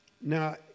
Now